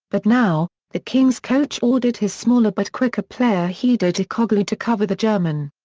but now, the kings coach ordered his smaller but quicker player hedo turkoglu to cover the german.